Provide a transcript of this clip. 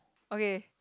okay